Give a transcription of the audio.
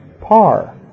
Par